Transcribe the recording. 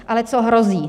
Ale co hrozí?